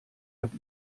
hat